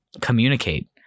communicate